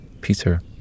Peter